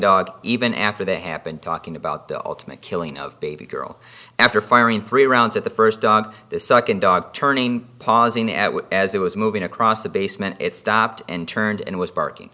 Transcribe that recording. dog even after they happened talking about the ultimate killing of baby girl after firing three rounds at the first dog the second dog turning pausing at which as it was moving across the basement it stopped and turned and was barking